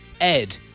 Ed